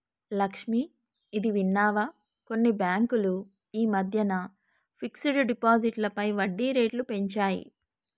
లక్ష్మి, ఇది విన్నావా కొన్ని బ్యాంకులు ఈ మధ్యన ఫిక్స్డ్ డిపాజిట్లపై వడ్డీ రేట్లు పెంచాయి